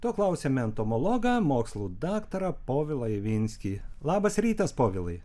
to klausiame entomologą mokslų daktarą povilą ivinskį labas rytas povilai